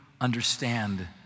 understand